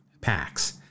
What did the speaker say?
packs